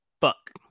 fuck